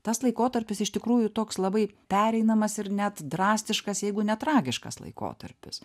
tas laikotarpis iš tikrųjų toks labai pereinamas ir net drastiškas jeigu ne tragiškas laikotarpis